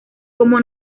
como